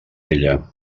ella